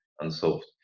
unsolved